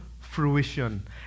fruition